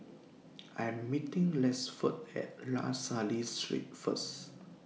I'm meeting Rexford At La Salle Street First